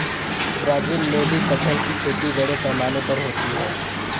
Brazil में भी कटहल की खेती बड़े पैमाने पर होती है